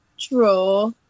draw